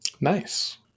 Nice